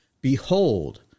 Behold